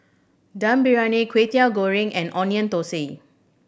Dum Briyani Kway Teow Goreng and Onion Thosai